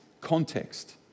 context